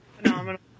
phenomenal